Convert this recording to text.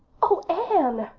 oh, anne,